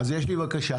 דפנה, יש לי בקשה.